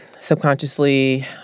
subconsciously